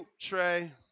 Trey